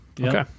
Okay